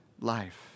life